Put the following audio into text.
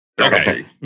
Okay